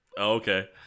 Okay